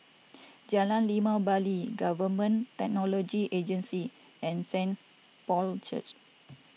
Jalan Limau Bali Government Technology Agency and Saint Paul's Church